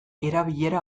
erabilera